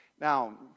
Now